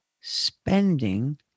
spending